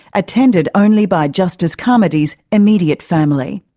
attended only by justice carmody's immediate family.